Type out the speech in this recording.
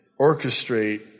orchestrate